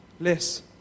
less